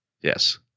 Yes